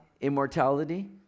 immortality